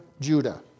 Judah